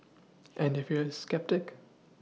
and if you're a sceptic